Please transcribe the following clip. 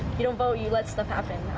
you don't vote, you let stuff happen.